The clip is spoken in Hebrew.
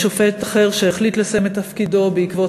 שופט אחר החליט לסיים את תפקידו בעקבות